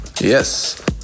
Yes